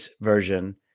version